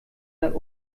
der